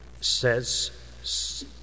says